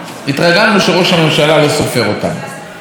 התרגלנו שראש הממשלה לא סופר אותנו.